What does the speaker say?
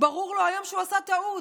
ברור לו היום שהוא עשה טעות,